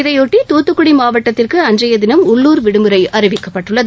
இதையொட்டி தூத்துக்குடி மாவட்டத்திற்கு அன்றைய தினம் உள்ளுர் விடுமுறை அறிவிக்கப்பட்டுள்ளது